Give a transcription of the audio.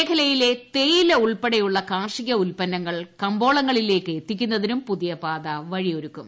മേഖലയിലെ തേയില ഉൾപ്പെടെയുള്ള കാർഷിക ഉല്പ്പന്നങ്ങൾ കമ്പോളങ്ങളിലേക്ക് എത്തിക്കുന്നതിനും പുതിയ പാത വഴിയൊരുക്കും